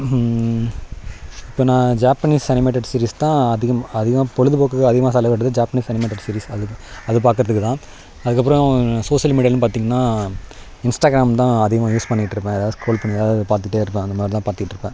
இப்போ நான் Japanese animated series தான் அதி அதிகமாக பொழுதுபோக்குக்கு அதிகமாக செலவிட்டுறது ஜாப்பனீஸ் அனிமெட்டட் சீரீஸ் அது அது பார்க்குறதுக்கு தான் அதுக்கப்புறோம் சோஷியல் மீடியாலனு பார்த்திங்னா இன்ஸ்டாகிராம் தான் அதிகமாக யூஸ் பண்ணிகிட்டு இருப்பேன் எதாவது ஸ்க்ரோல் பண்ணி எதாவது பார்த்துட்டே இருப்பேன் அந்த மாதிரி தான் பார்த்துட்டு இருப்பேன்